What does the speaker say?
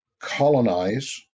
colonize